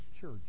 church